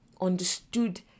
understood